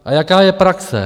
A jaká je praxe?